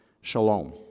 shalom